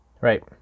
Right